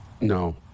No